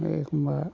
आरो एखनबा